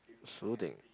soothing